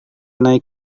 naik